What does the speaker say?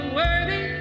worthy